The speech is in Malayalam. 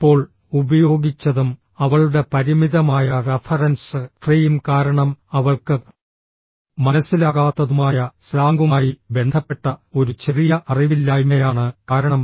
ഇപ്പോൾ ഉപയോഗിച്ചതും അവളുടെ പരിമിതമായ റഫറൻസ് ഫ്രെയിം കാരണം അവൾക്ക് മനസ്സിലാകാത്തതുമായ സ്ലാംഗുമായി ബന്ധപ്പെട്ട ഒരു ചെറിയ അറിവില്ലായ്മയാണ് കാരണം